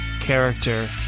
character